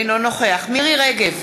אינו נוכח מירי רגב,